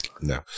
no